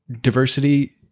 diversity